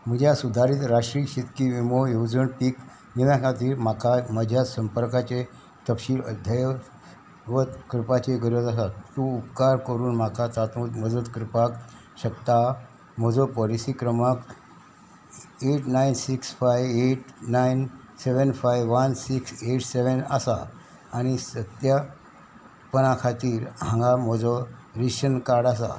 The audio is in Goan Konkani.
म्हज्या सुदारीत राष्ट्रीय शेतकी विमो येवजण पीक विम्या खातीर म्हाका म्हज्या संपर्काचे तपशील अध्यावत करपाची गरज आसा तूं उपकार करून म्हाका तातूंत मदत करपाक शकता म्हजो पॉलिसी क्रमांक eight nine six five eight nine seven five one six eight seven आसा आनी सद्या पना खातीर हांगा म्हजो रेशन कार्ड आसा